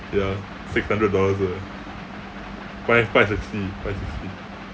ya six hundred dollars eh mine is five sixty five sixty